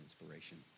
inspiration